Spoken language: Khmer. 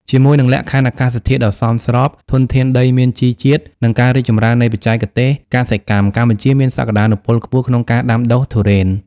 ជាមួយនឹងលក្ខខណ្ឌអាកាសធាតុដ៏សមស្រប ធនធានដីមានជីជាតិ និងការរីកចម្រើននៃបច្ចេកទេសកសិកម្ម កម្ពុជាមានសក្ដានុពលខ្ពស់ក្នុងការដាំដុះទុរេន។